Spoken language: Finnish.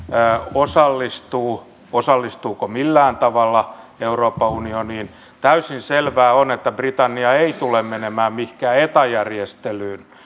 osallistuu ja osallistuuko millään tavalla euroopan unioniin täysin selvää on että britannia ei tule menemään mihinkään eta järjestelyyn